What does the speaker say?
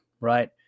right